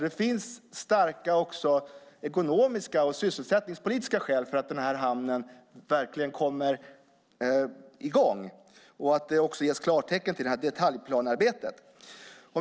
Det finns alltså även starka ekonomiska och sysselsättningspolitiska skäl för att denna hamn verkligen ska komma i gång och för att det ska ges klartecken för detaljplanearbetet.